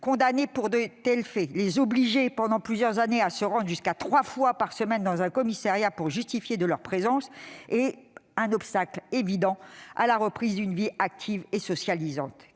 condamnés pour de tels faits ? Les obliger, pendant plusieurs années, à se rendre jusqu'à trois fois par semaine dans un commissariat pour justifier de leur présence est un obstacle évident à la reprise d'une vie active et socialisante.